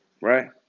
right